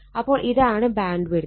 അപ്പോൾ ഇതാണ് band width